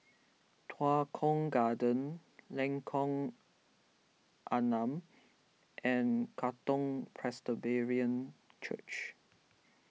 Tua Kong Garden Lengkok Enam and Katong Church